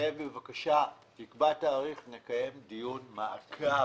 נקבע תאריך ונקיים דיון מעקב.